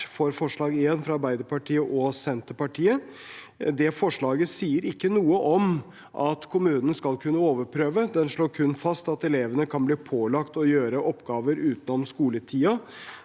for forslag nr. 1, fra Arbeiderpartiet og Senterpartiet. Det forslaget sier ikke noe om at kommunen skal kunne overprøve. Det slår kun fast at elevene kan bli pålagt å gjøre oppgaver utenom skoletiden.